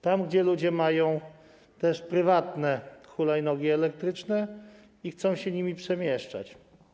Tam ludzie też mają prywatne hulajnogi elektryczne i chcą się nimi przemieszczać.